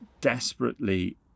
desperately